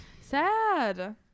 Sad